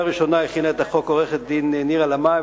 הראשונה הכינה את החוק עורכת-הדין נירה לאמעי,